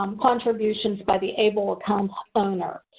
um contributions by the able account owner.